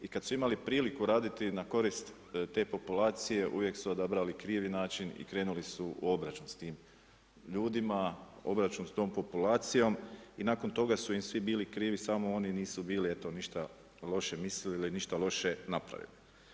I kad su imali priliku raditi na korist te populacije uvijek su odabrali krivi način i krenuli su u obračun s tim ljudima, obračun s tom populacijom i nakon toga su im svi bili krivi samo oni nisu bili, eto ništa loše mislili, ništa loše napravili.